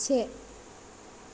से